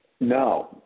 No